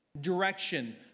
direction